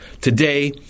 Today